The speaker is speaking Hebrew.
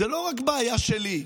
זאת לא רק בעיה שלי.